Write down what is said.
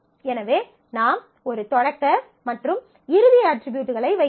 எனவே நாம் ஒரு தொடக்க மற்றும் இறுதி அட்ரிபியூட்களை வைக்கலாம்